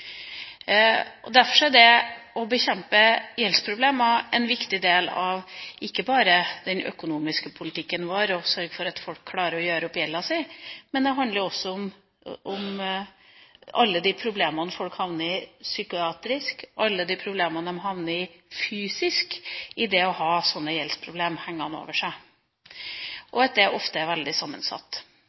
er det å bekjempe gjeldsproblemer en viktig del av ikke bare den økonomiske politikken vår – det å sørge for at folk klarer å gjøre opp gjelda si. Det handler også om alle de problemene som folk havner i – psykiske og fysiske – ved å ha sånne gjeldsproblemer hengende over seg. Det er ofte også veldig sammensatt.